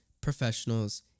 professionals